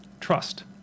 trust